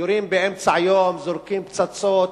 יורים באמצע היום, זורקים פצצות,